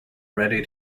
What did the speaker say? ready